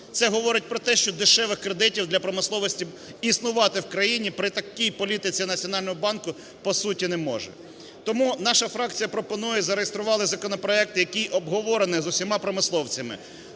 Це говорить про те, що дешевих кредитів для промисловості існувати в країні при такій політиці Національного банку по суті не може. Тому наша фракція пропонує і зареєстрували законопроект, який обговорений з усіма промисловцями.